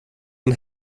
den